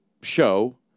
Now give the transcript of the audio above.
show